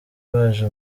baje